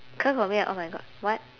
ke kou mian oh my god what